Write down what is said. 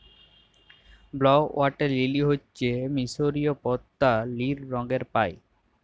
blue water lily হচ্যে মিসরীয় পদ্দা লিল রঙের পায়